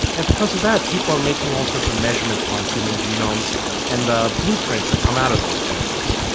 and because of that people are making all sorts of measurements on human genomes and the blueprints that come out of those genomes.